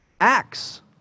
Acts